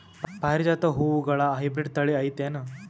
ಪಾರಿಜಾತ ಹೂವುಗಳ ಹೈಬ್ರಿಡ್ ಥಳಿ ಐತೇನು?